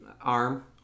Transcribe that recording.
Arm